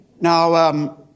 Now